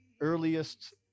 earliest